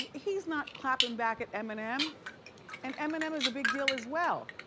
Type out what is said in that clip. he's not clapping back at eminem and eminem is a big deal as well.